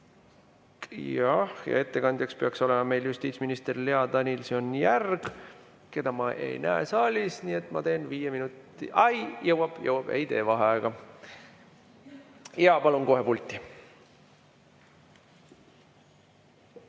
Ettekandjaks peaks olema justiitsminister Lea Danilson-Järg, keda ma ei näe saalis, nii et ma teen viieminutilise ... Ai, jõuab, ei tee vaheaega. Jaa, palun kohe pulti.